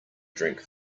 drink